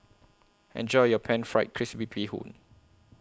Enjoy your Pan Fried Crispy Bee Hoon